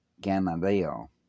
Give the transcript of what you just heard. Gamaliel